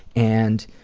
and